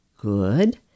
Good